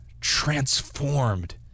transformed